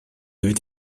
ведь